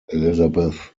elisabeth